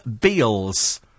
Beals